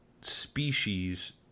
species